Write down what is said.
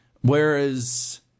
whereas